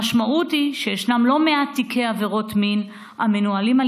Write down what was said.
המשמעות היא שיש לא מעט תיקי עבירות מין המנוהלים על